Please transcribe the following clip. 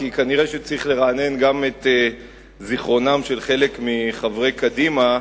כי כנראה שצריך לרענן גם את זיכרונם של חלק מחברי קדימה,